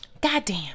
Goddamn